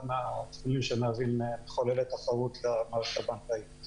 שזה אחד מהתחומים שמהווים מחוללי תחרות למערכת הבנקאית.